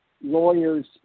lawyers